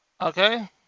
Okay